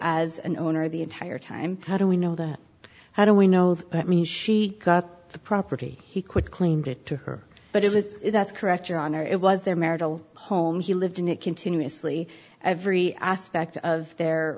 as an owner of the entire time how do we know that how do we know that means she got the property he quit claimed it to her but it was that's correct your honor it was their marital home he lived in it continuously every aspect of their